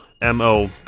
M-O